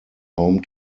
home